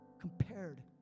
Compared